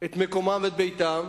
את מקומם ואת ביתם.